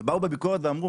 ובאו בביקורת ואמרו,